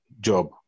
job